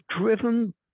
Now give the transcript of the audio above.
driven